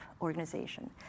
organization